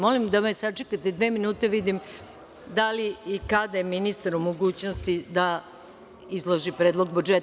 Molim da me sačekate dve minute, da vidim da li i kada je ministar u mogućnosti da izloži Predlog budžeta.